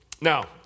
Now